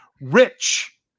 Rich